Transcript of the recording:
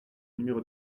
numéro